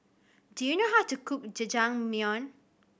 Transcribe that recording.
do you know how to cook Jajangmyeon